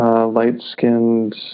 light-skinned